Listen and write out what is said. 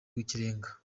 rw’ikirenga